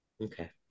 Okay